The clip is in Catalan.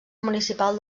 municipal